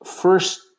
first